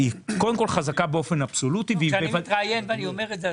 קודם כול היא חזקה באופן אבסולוטי --- כשאני מתראיין ואני אומר את זה,